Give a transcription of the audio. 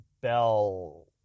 bell